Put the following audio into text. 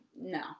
No